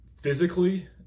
physically